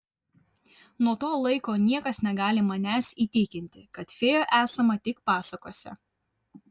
nuo to laiko niekas negali manęs įtikinti kad fėjų esama tik pasakose